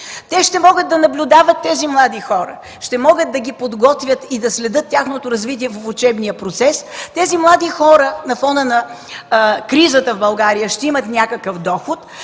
те ще могат да наблюдават тези млади хора, ще могат да ги подготвят и да следят тяхното развитие в учебния процес. Тези млади хора на фона на кризата в България ще имат някакъв доход,